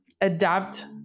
adapt